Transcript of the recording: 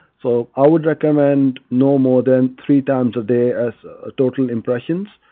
so i would recommend no more than three times a day as a total impressions,